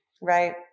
Right